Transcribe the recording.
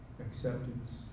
acceptance